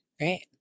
Right